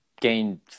gained